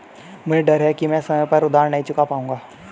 मुझे डर है कि मैं समय पर उधार नहीं चुका पाऊंगा